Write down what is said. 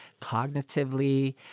cognitively